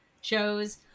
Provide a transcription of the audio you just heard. shows